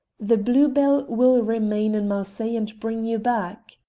the blue-bell will remain in marseilles and bring you back.